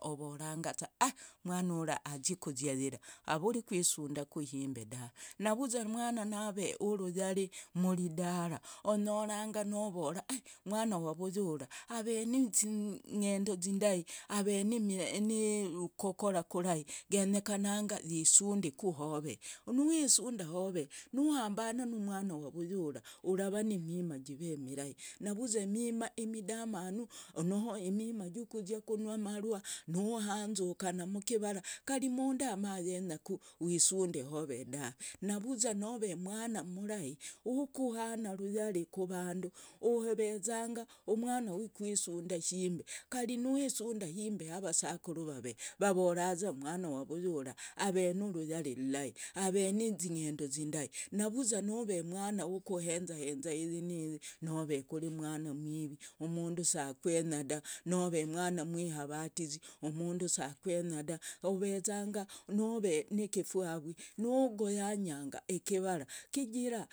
ovorangaza a mwana ura azie kuzia ora, avuri kwisundaku ahimbe dave. Navuza mwana nave wuruyari muridara onyoranga novora a mwana wa vuyu ura ave nizing'endo zindahi, ave nokokora ukurai genyekana isundeku hove. Nwisunda have nuhambana numwana wa vuyu ura urava ni mima jive mirai. Navuza mima midamanu, noho mima jukuzia kunywa amarwa, nuhamzukana mukivara, kari mundu mayenyaku wisundi hove dave. Navuza nove mwana murahi, wukuhana uruyari kuvandu. ovezanga mwana wukwisunda ahimbe. Kari nwisunda ahimbe havasakuru vave, vavoraza mwana wa vuyu ura ave nuruyari ululai, ave nizing'endo zindahi. Navuza nove mwana wokohenzahenza iyi niyi, nove kuri mwana mwivi, umundu sakwenyaku da, nove mwana mwihavatizi, umundu sakwenya da, ovezanga nove nikifwavi, nogoyanga ikivara kigira.